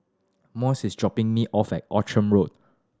Moises is dropping me off at Outram Road